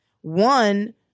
one